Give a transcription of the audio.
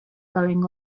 going